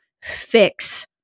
fix